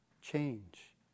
change